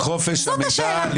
הצעתי את חוק חופש המידע.